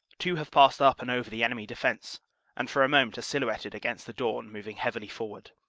two have passed up and over the enemy defense and for a moment are silhouetted against the dawn moving heavily forward.